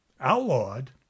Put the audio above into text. outlawed